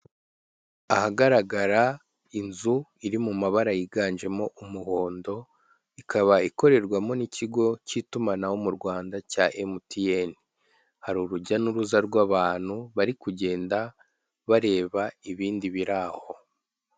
Ahagaragara inzu iri mu mabara yiganjemo umuhondo, ikaba ikorerwamo n'ikigo cy'itumanaho mu Rwanda cya MTN hari urujya n'uruza rw'abantu, bari kugenda bareba ibindi biri aho.